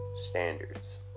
standards